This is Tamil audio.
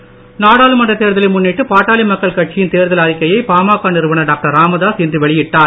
பாமக நாடாளுமன்ற தேர்தலை முன்னிட்டு பாட்டாளி மக்கள் கட்சியின் தேர்தல் அறிக்கையை பாமக நிறுவனர் டாக்டர் ராமதாஸ் இன்று வெளியிட்டார்